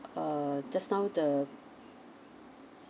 uh just now the